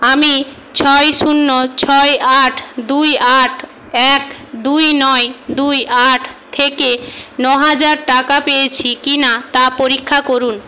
আমি ছয় শূন্য ছয় আট দুই আট এক দুই নয় দুই আট থেকে ন হাজার টাকা পেয়েছি কি না তা পরীক্ষা করুন